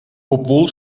obwohl